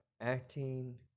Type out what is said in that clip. acting